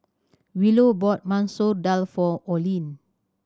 Willow bought Masoor Dal for Olene